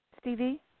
Stevie